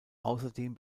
außerdem